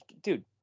dude